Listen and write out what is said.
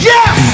Yes